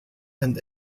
and